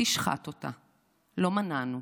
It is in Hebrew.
תשחט אותה, לא מנענו,